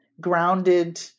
grounded